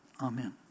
Amen